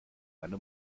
eine